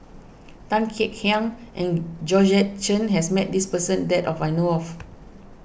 Tan Kek Hiang and Georgette Chen has met this person that I know of